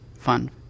fun